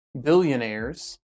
billionaires